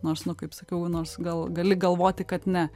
nors nu kaip sakiau nors gal gali galvoti kad ne